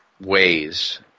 ways –